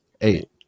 eight